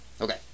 Okay